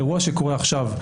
אירוע שקורה עכשיו,